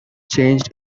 changed